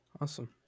Awesome